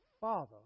Father